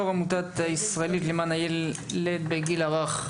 יו"ר העמותה הישראלית למען הילד בגיל הרך,